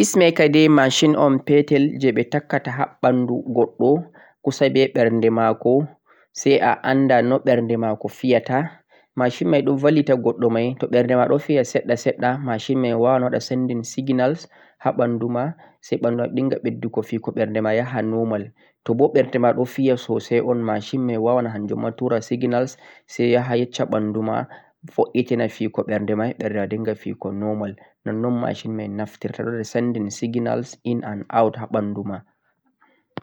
mashin o'n petal jebe takkata haa banduu gwaddo kusa be berde mako sai a anda no berde mako fiyata mashin mei don belita gwaddo mei toh berde ma don fiya sadda-sadda mashin mei o waawan signal haa bandu ma sai bandu a dighan dodduko fikam berde ma yahan normal toh boh berde ma fiya sosai o'n mashi mei o waawan hanjin ma tura signal sai a yaahai yacca bandu ma fo'ittana fiko berdu mei berde a dingha berde normal non-non mahin mei naftirta sendig signal in and out haa bandu ma